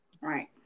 Right